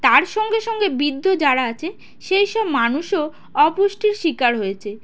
তার সঙ্গে সঙ্গে বৃদ্ধ যারা আছে সেইসব মানুষও অপুষ্টির শিকার হয়েছে